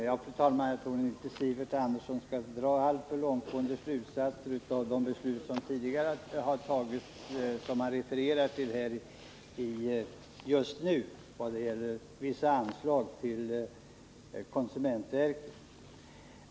Fru talman! Jag tror inte att Sivert Andersson skall dra alltför långtgående slutsatser av de beslut som tidigare har fattats vad gäller vissa anslag till konsumentverket och som han refererar till just nu.